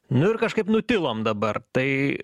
nu ir kažkaip nutilom dabar tai